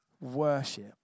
worship